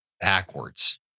backwards